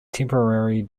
temporary